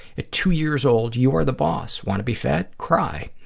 at two years old, you are the boss. want to be fed? cry,